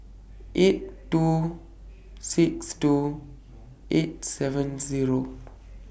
eight two six two eight seven Zero